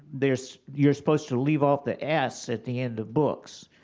there's, you're supposed to leave off the s at the end of books.